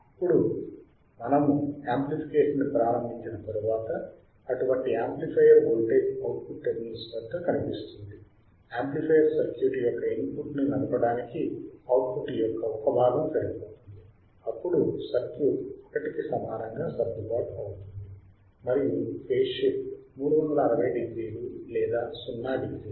ఇప్పుడు మనము యాంప్లిఫికేషన్ ని ప్రారంభించిన తర్వాత అటువంటి యాంప్లిఫైయర్ వోల్టేజ్ అవుట్పుట్ టెర్మినల్స్ వద్ద కనిపిస్తుంది యాంప్లిఫైయర్ సర్క్యూట్ యొక్క ఇన్ పుట్ ని నడపడానికి అవుట్ పుట్ యొక్క ఒక భాగం సరిపోతుంది అప్పుడు సర్క్యూట్ 1 కి సమానంగా సర్దుబాటు అవుతుంది మరియు ఫేజ్ షిఫ్ట్ 360 డిగ్రీ లేదా 0 డిగ్రీ